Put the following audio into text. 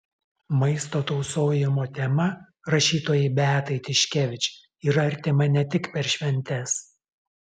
maisto tausojimo tema rašytojai beatai tiškevič yra artima ne tik per šventes